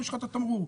יש תמרור.